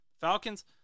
Falcons